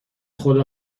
خدا